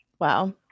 Wow